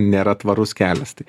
nėra tvarus kelias tai